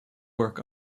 work